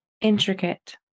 intricate